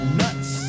nuts